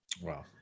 Wow